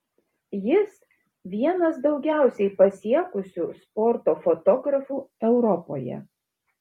jis vienas daugiausiai pasiekusių sporto fotografų europoje